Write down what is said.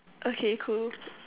okay cool